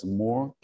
more